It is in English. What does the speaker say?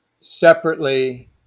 separately